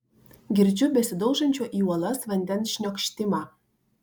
girdžiu besidaužančio į uolas vandens šniokštimą